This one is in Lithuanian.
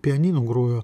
pianinu grojo